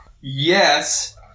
Yes